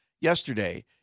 yesterday